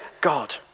God